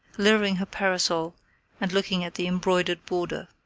lowering her parasol and looking at the embroidered border.